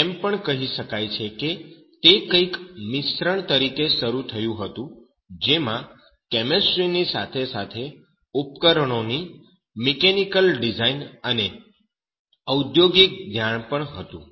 એમ પણ કહી શકાય છે કે તે કંઈક મિશ્રણ તરીકે શરૂ થયું હતું જેમાં કેમિસ્ટ્રી ની સાથે સાથે ઉપકરણો ની મિકેનિકલ ડિઝાઈન અને ઔદ્યોગિક ધ્યાન પણ હતું